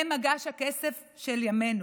הם מגש הכסף של ימינו.